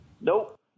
Nope